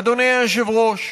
אדוני היושב-ראש,